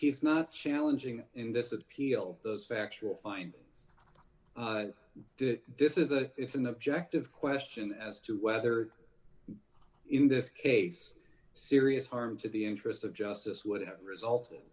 he's not challenging in this appeal those factual findings that this is a it's an objective question as to whether in this case serious harm to the interests of justice would have resulted